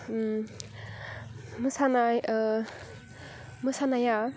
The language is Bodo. मोसानाय मोसानाया